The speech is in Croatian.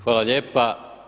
Hvala lijepa.